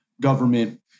government